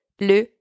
le